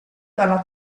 dalla